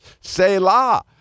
Selah